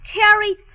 carry